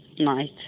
night